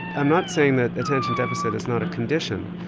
i'm not saying that attention deficit is not a condition,